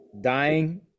Dying